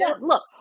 Look